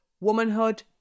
womanhood